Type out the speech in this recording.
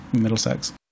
Middlesex